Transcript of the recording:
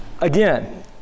again